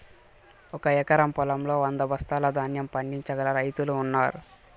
ఒక ఎకరం పొలంలో వంద బస్తాల ధాన్యం పండించగల రైతులు ఉన్నారు